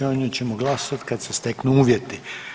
O njoj ćemo glasati kad se steknu uvjeti.